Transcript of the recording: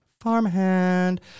Farmhand